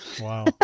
Wow